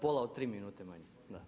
Pola od tri minute manje.